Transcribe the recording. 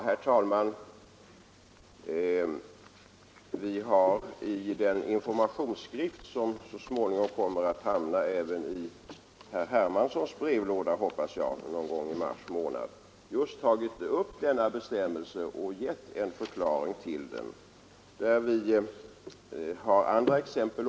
Herr talman! Vi har i den informationsskrift, som jag hoppas kommer att hamna även i herr Hermanssons brevlåda någon gång i mars månad, tagit upp denna bestämmelse och givit en förklaring till bestämmelsen i fråga. Vi anför där också andra exempel.